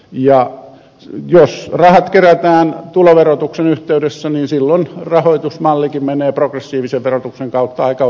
ja jos rahat kerätään tuloverotuksen yhteydessä niin silloin rahoitusmallikin menee progressiivisen verotuksen kautta aika oikeudenmukaisesti